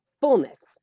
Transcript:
fullness